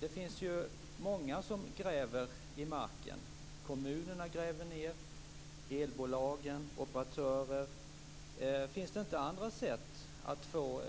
Det finns många som gräver i marken, kommunerna, elbolagen och operatörer. Finns det inte andra sätt att få